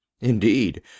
indeed